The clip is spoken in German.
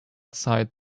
zeit